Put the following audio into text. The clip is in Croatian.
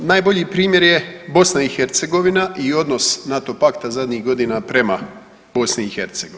Najbolji primjer je BiH i odnos NATO pakta zadnjih godina prema BiH.